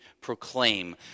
proclaim